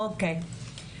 אוקיי.